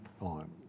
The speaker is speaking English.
on